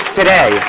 today